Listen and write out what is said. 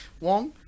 Wong